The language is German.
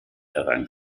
errang